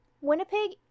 Winnipeg